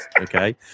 okay